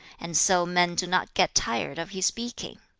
and so men do not get tired of his speaking.